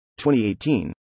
2018